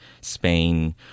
Spain